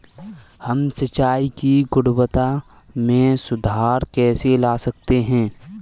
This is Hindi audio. हम सिंचाई की गुणवत्ता में सुधार कैसे ला सकते हैं?